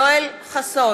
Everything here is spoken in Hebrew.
אינו נוכח